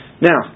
now